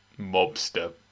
mobster